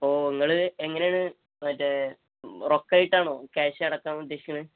അപ്പോൾ നിങ്ങൾ എങ്ങനെയാണ് മറ്റേ റൊക്കമായിട്ടാണോ ക്യാഷ് അടക്കാൻ ഉദ്ദേശിക്കുന്നത്